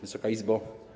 Wysoka Izbo!